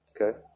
Okay